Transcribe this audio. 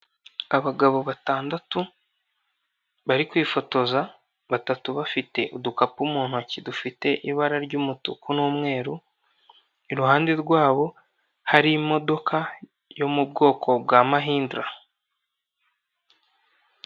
Abagabo batandatu, bari kwifotoza, batatu bafite udukapu mu ntoki dufite ibara ry'umutuku n'umweru, iruhande rwabo hari imodoka yo mu bwoko bwa mahindara.